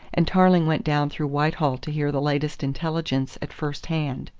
and tarling went down through whitehall to hear the latest intelligence at first hand.